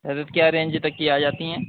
حضرت کیا رینج تک یہ آجاتی ہیں